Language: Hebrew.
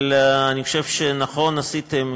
אבל אני חושב שנכון עשיתם,